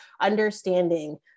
understanding